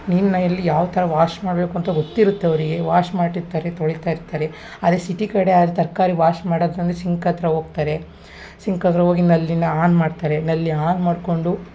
ನೀರನ್ನ ಎಲ್ಲಿ ಯಾವ ಥರ ವಾಶ್ ಮಾಡಬೇಕು ಅಂತ ಗೊತ್ತಿರುತ್ತೆ ಅವರಿಗೆ ವಾಶ್ ಮಾಡಿರ್ತಾರೆ ತೊಳಿತಾ ಇರ್ತಾರೆ ಆದರೆ ಸಿಟಿ ಕಡೆ ಆದರೆ ತರಕಾರಿ ವಾಶ್ ಮಾಡೋದಂದ್ರೆ ಸಿಂಕ್ ಹತ್ರ ಹೋಗ್ತಾರೆ ಸಿಂಕ್ ಹತ್ರ ಹೋಗಿ ನಲ್ಲಿನ ಆನ್ ಮಾಡ್ತಾರೆ ನಲ್ಲಿ ಆನ್ ಮಾಡಿಕೊಂಡು